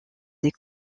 des